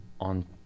On